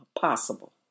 possible